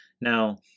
Now